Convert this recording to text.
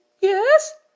Yes